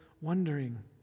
wondering